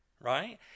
right